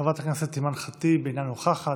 חברת הכנסת אימאן ח'טיב, אינה נוכחת.